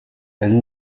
elles